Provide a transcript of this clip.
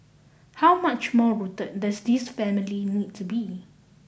how much more rooted does this family need to be